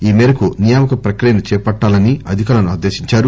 ఈ మేరకు నియామక ప్రక్రియను చేపట్టాలని అధికారులను ఆదేశించారు